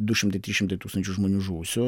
du šimtai trys šimtai tūkstančių žmonių žuvusių